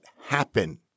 happen